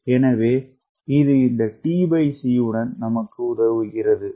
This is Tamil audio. எனவே இது இந்த t c உடன் நமக்கு உதவுகிறது